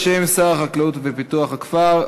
בשם שר החקלאות ופיתוח הכפר,